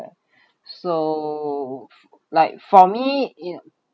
so like for me it